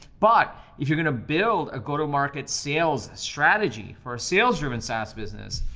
but if you're gonna build a go-to-market sales strategy for a sales driven sas business,